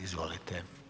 Izvolite.